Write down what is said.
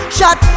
Shot